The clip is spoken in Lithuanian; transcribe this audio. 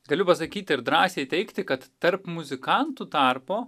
galiu pasakyti ir drąsiai teigti kad tarp muzikantų tarpo